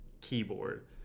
keyboard